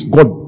God